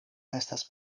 estas